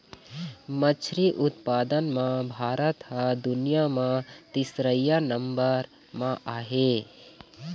मछरी उत्पादन म भारत ह दुनिया म तीसरइया नंबर म आहे